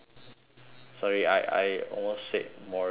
sorry I I almost said moriaty